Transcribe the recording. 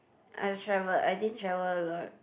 I'm travelled I didn't travel a lot